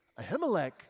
Ahimelech